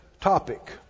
topic